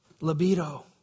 libido